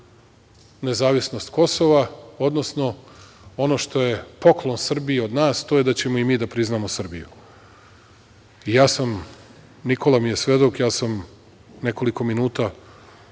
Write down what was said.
nezavisnost Kosova, odnosno ono što je poklon Srbiji od nas, to je da ćemo i mi da priznamo Srbiju. Ja sam, Nikola mi je svedok, ja sam nekoliko minuta